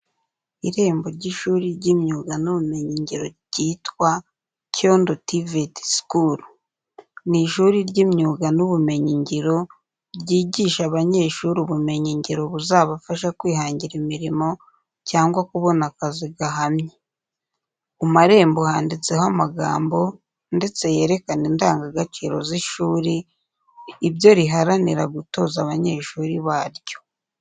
Irembo ry’ishuri ry’imyuga n’ubumenyingiro ryitwa:"CYONDO TVET SCHOOL." Ni ishuri ry’imyuga n’ubumenyingiro ryigisha abanyeshuri ubumenyi ngiro buzabafasha kwihangira imirimo cyangwa kubona akazi gahamye. Ku marembo handitseho amagambo ndetse yerekana indangagaciro z’ishuri, ibyo riharanira gutoza abanyeshuri baryo.